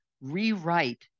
rewrite